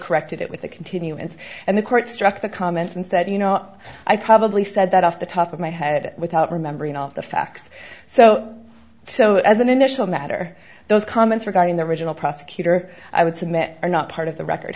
corrected it with a continuance and the court struck the comments and said you know i probably said that off the top of my head without remembering all of the facts so so as an initial matter those comments regarding the original prosecutor i would submit are not part of the record